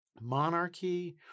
monarchy